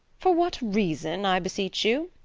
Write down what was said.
for what reason, i beseech you?